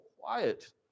quiet